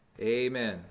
Amen